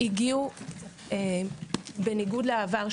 בניגוד לעבר,